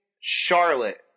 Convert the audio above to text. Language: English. Charlotte